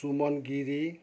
Suman Giri